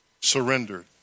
Surrendered